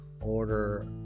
order